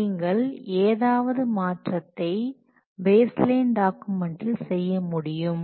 நீங்கள் ஏதாவது மாற்றத்தை பேஸ் லைன் டாக்குமெண்டில் செய்ய முடியும்